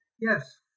Yes